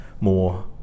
more